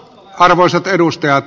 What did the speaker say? arvoisat edustajat